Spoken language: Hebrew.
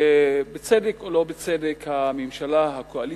שבצדק או לא בצדק הממשלה, הקואליציה,